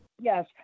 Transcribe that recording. Yes